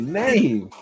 name